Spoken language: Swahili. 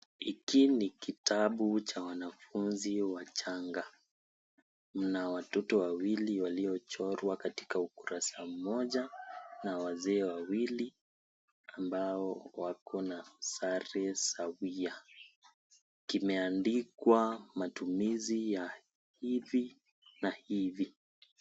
Hiki ni kitabu cha wanafunzi wachanga. Kuna watoto wawili waliochorwa katika ukurasa mmoja na wazee wawili ambao wako na sare sawia. Kimeandikwa "Matumizi ya Hivi na Hivi".